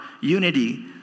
unity